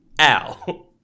Ow